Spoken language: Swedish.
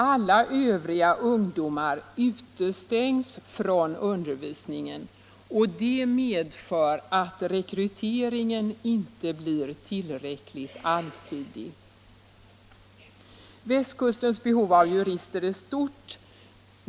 Alla övriga ungdomar utestängs från undervisningen, och det medför att rekryteringen inte blir tillräckligt allsidig. Västkustens behov av jurister är stort.